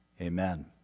amen